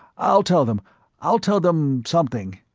i'll tell them i'll tell them something.